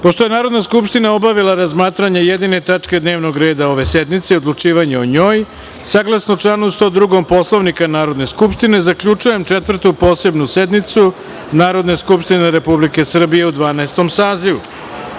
je Narodna skupština obavila razmatranje jedine tačke dnevnog reda ove sednice i odlučivanje o njoj, saglasno članu 102. Poslovnika Narodne skupštine, zaključujem Četvrtu posebnu sednicu Narodne skupštine Republike Srbije u XII sazivu. Isto